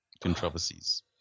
controversies